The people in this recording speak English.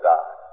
God